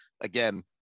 again